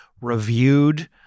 reviewed